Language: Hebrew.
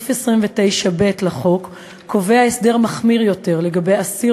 סעיף 29(ב) לחוק קובע הסדר מחמיר יותר לגבי אסיר